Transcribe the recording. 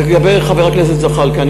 לגבי חבר הכנסת זחאלקה,